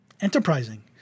Enterprising